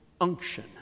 unction